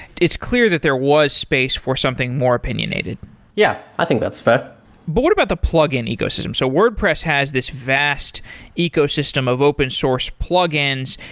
it's clear that there was space for something more opinionated yeah. i think that's fair but what about the plug-in ecosystem? so wordpress has this vast ecosystem of open source plugins.